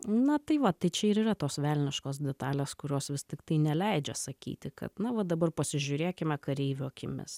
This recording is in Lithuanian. na tai va tai čia ir yra tos velniškos detalės kurios vis tiktai neleidžia sakyti kad na va dabar pasižiūrėkime kareivio akimis